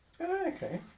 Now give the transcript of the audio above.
Okay